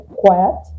quiet